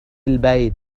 البيت